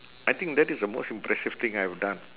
I think that is the most impressive thing I have done